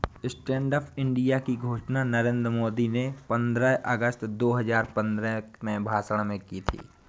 stand up India की घोषणा नरेंद्र मोदी ने पंद्रह अगस्त दो हजार पंद्रह में भाषण में की थी